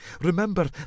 Remember